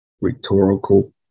rhetorical